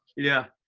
yeah.